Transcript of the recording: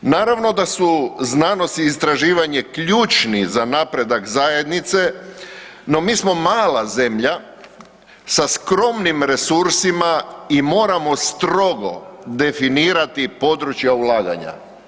Naravno da su znanost i istraživanje ključni za napredak zajednice, no mi smo mala zemlja sa skromnim resursima i moramo strogo definirati područja ulaganja.